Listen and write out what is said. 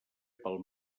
pel